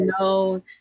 no